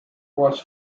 was